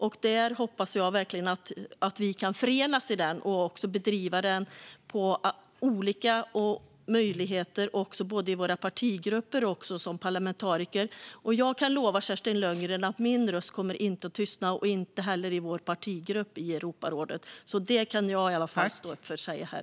Jag hoppas att vi kan förenas i detta och driva det också i våra partigrupper som parlamentariker. Jag kan lova Kerstin Lundgren att min röst inte kommer att tystna, inte heller i vår partigrupp i Europarådet. Det kan jag i alla fall stå upp för här.